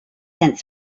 sent